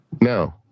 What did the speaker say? No